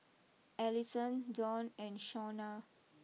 Allisson Donn and Shawna